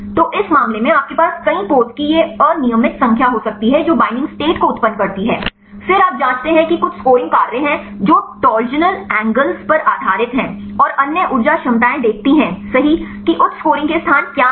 तो इस मामले में आपके पास कई पोज़ की एक यादृच्छिक संख्या हो सकती है जो बिंडिंग स्टेट को उत्पन्न करती हैं फिर आप जांचते हैं कि कुछ स्कोरिंग कार्य हैं जो टॉर्सनल कोणों पर आधारित हैं और अन्य ऊर्जा क्षमताएं देखती हैं सही कि उच्च स्कोरिंग के स्थान क्या हैं